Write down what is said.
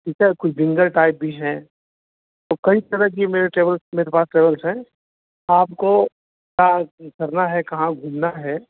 जी sir कुछ भिंगर type भी हैं तो कई तरह की मेरे ट्रैवल्स मेरे पास ट्रैवल्स हैं आपको का करना है कहाँ घूमना है